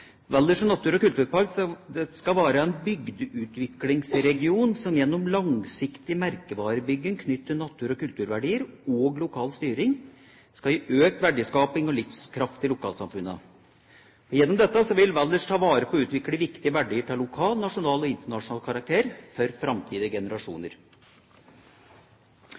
landbruksmeldinga: «Valdres Natur- og Kulturpark er ein bygdeutviklingsregion som gjennom langsiktig merkevarebygging knytt til natur- og kulturverdiar – og lokal styring – skal gje auka verdiskaping og livskraft i lokalsamfunna. Gjennom dette vil Valdres ta vare på og utvikle viktige verdiar av lokal, nasjonal og internasjonal karakter, for